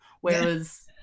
Whereas